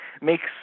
makes